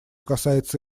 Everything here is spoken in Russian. касается